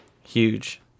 Huge